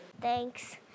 Thanks